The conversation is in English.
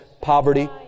Poverty